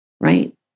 right